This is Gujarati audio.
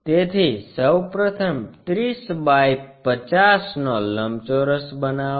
તેથી સૌ પ્રથમ 30 બાય 50 નો લંબચોરસ બનાવો